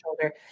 shoulder